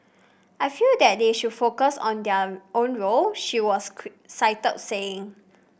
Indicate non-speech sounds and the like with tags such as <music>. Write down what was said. I feel that they should focus on their own role she was <unintelligible> cited saying